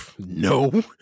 No